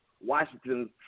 Washington